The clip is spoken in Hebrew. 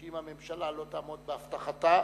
שאם הממשלה לא תעמוד בהחלטתה,